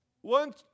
One